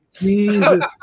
Jesus